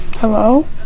Hello